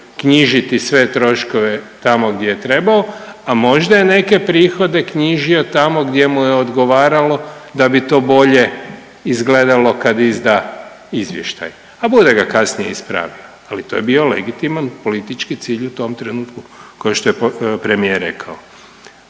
knjižiti sve troškove tamo gdje je trebao, a možda je neke prihode knjižio tamo gdje mu je odgovaralo da bi to bolje izgledalo kad izda izvještaj, a bude ga kasnije ispravio, ali to je bio legitiman politički cilj u tom trenutku ko što je premijer rekao.